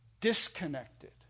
Disconnected